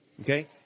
Okay